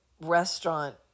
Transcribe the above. restaurant